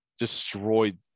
destroyed